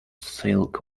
silk